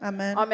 Amen